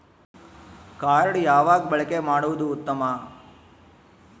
Card ಯಾವಾಗ ಬಳಕೆ ಮಾಡುವುದು ಉತ್ತಮ?